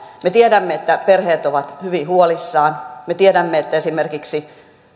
me tiedämme että perheet ovat hyvin huolissaan me tiedämme että esimerkiksi